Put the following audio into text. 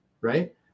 right